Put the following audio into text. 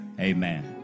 Amen